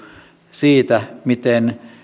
siitä miten